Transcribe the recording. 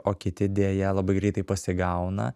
o kiti deja labai greitai pasigauna